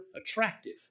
attractive